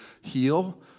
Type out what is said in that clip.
heal